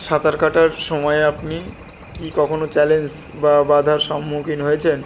সাঁতার কাটার সময়ে আপনি কি কখনও চ্যালেঞ্জ বা বাধার সম্মুখীন হয়েছেন